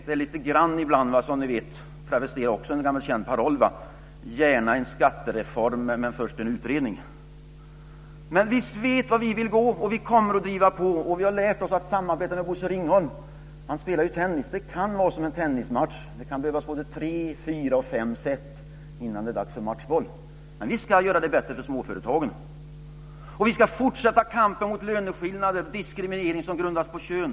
Det är, för att travestera en gammal känd paroll, lite grann som: Gärna en skattereform, men först en utredning. Vi vet vart vi vill gå, och vi kommer att driva på. Vi har lärt oss att samarbeta med Bosse Ringholm. Han spelar ju tennis. Det kan vara som en tennismatch. Det kan behövas tre, fyra eller fem set innan det blir dags för matchboll. Men vi ska göra det bättre för småföretagen. Vi ska fortsätta kampen mot löneskillnader och diskriminering som grundar sig på kön.